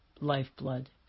lifeblood